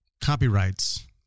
copyrights